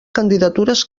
candidatures